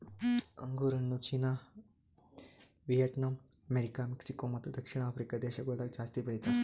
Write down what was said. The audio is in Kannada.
ಅಂಗುರ್ ಹಣ್ಣು ಚೀನಾ, ವಿಯೆಟ್ನಾಂ, ಅಮೆರಿಕ, ಮೆಕ್ಸಿಕೋ ಮತ್ತ ದಕ್ಷಿಣ ಆಫ್ರಿಕಾ ದೇಶಗೊಳ್ದಾಗ್ ಜಾಸ್ತಿ ಬೆಳಿತಾರ್